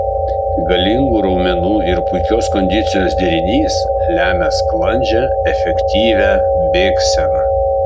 galingų raumenų ir puikios kondicijos derinys lemia sklandžią efektyvią bėgseną